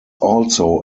also